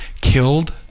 killed